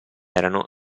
erano